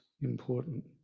important